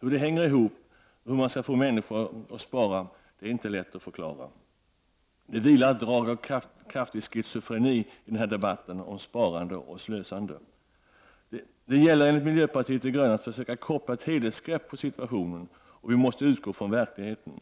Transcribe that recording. Hur detta hänger ihop med hur man skall få människor att spara är inte lätt att förklara. Det vilar ett drag av kraftig schizofreni på denna debatt om sparande och slösande. Det gäller enligt miljöpartiet de gröna att försöka koppla ett helhetsgrepp på situationen. Vi måste utgå från verkligheten.